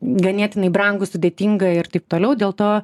ganėtinai brangu sudėtinga ir taip toliau dėl to